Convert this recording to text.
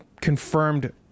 confirmed